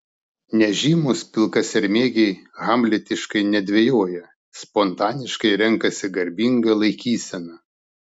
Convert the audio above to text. nežymūs pilkasermėgiai hamletiškai nedvejoja spontaniškai renkasi garbingą laikyseną